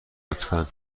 لطفا